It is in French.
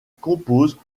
composent